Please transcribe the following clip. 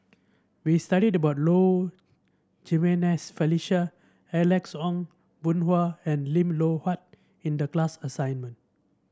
we studied about Low Jimenez Felicia Alex Ong Boon Hau and Lim Loh Huat in the class assignment